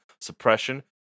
suppression